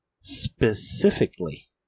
specifically